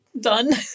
Done